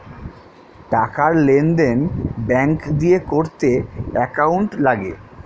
টাকার লেনদেন ব্যাঙ্ক দিয়ে করতে অ্যাকাউন্ট লাগে